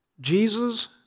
Jesus